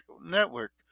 network